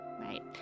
right